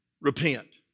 Repent